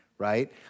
right